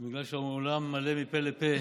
אני רואה שהאולם מלא מפה לפה,